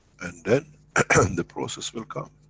and then and the process will come.